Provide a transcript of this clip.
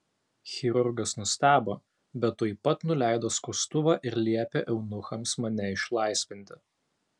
chirurgas nustebo bet tuoj pat nuleido skustuvą ir liepė eunuchams mane išlaisvinti